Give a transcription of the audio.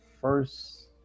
first